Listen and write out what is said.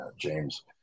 James